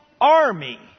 army